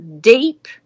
deep